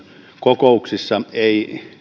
kokouksissa ei